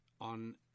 on